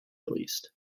released